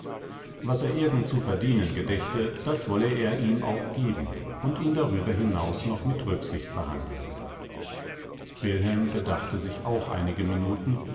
was er irgend zu verdienen gedächte das wolle er ihm auch geben und ihn darüber hinaus noch mit rücksicht behandeln wilhelm bedachte sich auch einige minuten